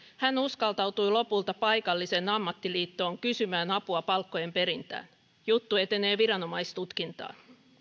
hän uskaltautui lopulta paikalliseen ammattiliittoon kysymään apua palkkojen perintään juttu etenee viranomaistutkintaan